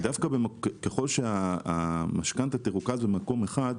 ככל שהמשכנתה תרוכז במקום אחד,